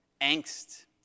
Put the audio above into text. angst